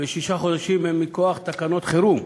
ושישה חודשים הם מכוח תקנות חירום.